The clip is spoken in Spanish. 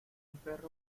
perro